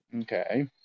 Okay